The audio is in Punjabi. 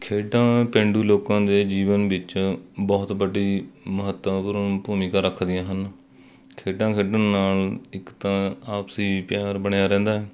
ਖੇਡਾਂ ਪੇਂਡੂ ਲੋਕਾਂ ਦੇ ਜੀਵਨ ਵਿੱਚ ਬਹੁਤ ਵੱਡੀ ਮਹੱਤਵਪੂਰਨ ਭੂਮਿਕਾ ਰੱਖਦੀਆਂ ਹਨ ਖੇਡਾਂ ਖੇਡਣ ਨਾਲ ਇੱਕ ਤਾਂ ਆਪਸੀ ਪਿਆਰ ਬਣਿਆ ਰਹਿੰਦਾ